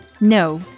no